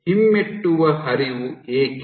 ಹಿಮ್ಮೆಟ್ಟುವ ಹರಿವು ಏಕೆ